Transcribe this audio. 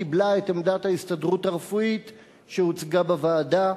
קיבלה את עמדת ההסתדרות הרפואית שהוצגה בוועדה,